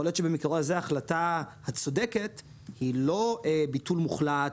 יכול להיות שבמקרה הזה ההחלטה הצודקת היא לא ביטול מוחלט